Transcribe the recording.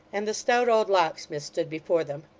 and the stout old locksmith stood before them.